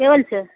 কে বলছে